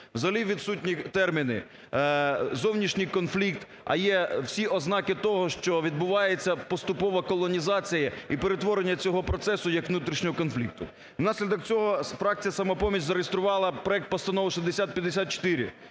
взагалі відсутні терміни "зовнішній конфлікт", а є всі ознаки того, що відбувається поступова колонізація і перетворення цього процесу як внутрішнього конфлікту. В наслідок цього фракція "Самопоміч" зареєструвала проект Постанови (6054)